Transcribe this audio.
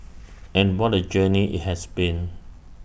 and what A journey IT has been